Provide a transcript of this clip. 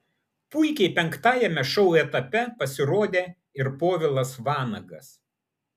puikiai penktajame šou etape pasirodė ir povilas vanagas